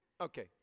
Okay